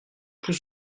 plus